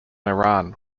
iran